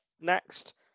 next